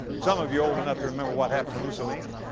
some of you are old enough to remember what happened to mussolini.